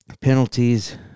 penalties